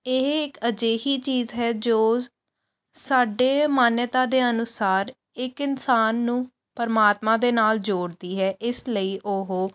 ਇਹ ਇੱਕ ਅਜਿਹੀ ਚੀਜ਼ ਹੈ ਜੋ ਸਾਡੇ ਮਾਨਿਅਤਾ ਦੇ ਅਨੁਸਾਰ ਇੱਕ ਇਨਸਾਨ ਨੂੰ ਪਰਮਾਤਮਾ ਦੇ ਨਾਲ ਜੋੜਦੀ ਹੈ ਇਸ ਲਈ ਉਹ